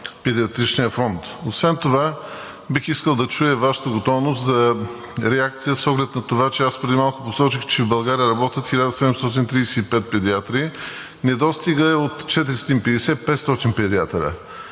педиатричния фронт. Освен това бих искал да чуя Вашата готовност за реакция с оглед на това, аз преди малко посочих, че в България работят 1735 педиатри. Недостигът е от 450 – 500 педиатъра.